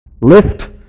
lift